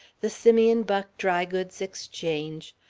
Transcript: the simeon buck dry goods exchange,